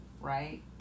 Right